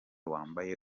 wambaye